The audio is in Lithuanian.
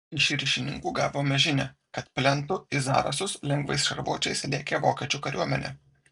iš ryšininkų gavome žinią kad plentu į zarasus lengvais šarvuočiais lėkė vokiečių kariuomenė